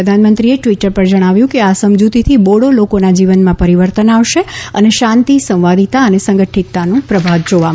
પ્રધાનમંત્રીએ ટ્વીટર પર જણાવ્યું હતું કે આ સમજૂતીથી બોડો લોકોના જીવનમાં પરિવર્તન આવશે અને શાંતિ સંવાદિતા અને સંગઠીતતાનું પ્રભાત જોવા મળશે